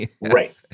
Right